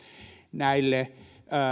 näille